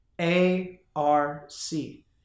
A-R-C